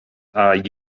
are